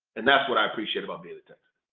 and that's what i appreciate about being